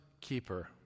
keeper